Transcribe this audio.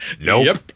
Nope